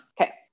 Okay